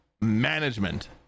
management